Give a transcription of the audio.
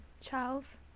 Charles